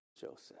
Joseph